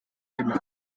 genannt